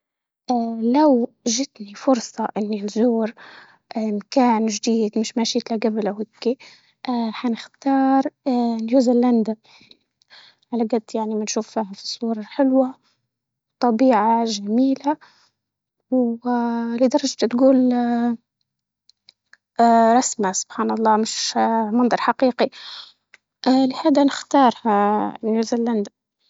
آآ لو جتني فرصة إني نزور مكان جديد مش مشيتها قبل اوكي اه حنختار اه نيوزيلاندا، على قد يعني بنشوف الصورة الحلوة وطبيعة جميلة لدرجة تقول اه اسمع سبحان الله مش آآ منظر حقيقي، آآ لهذا نختار آآ نيوزيلندا.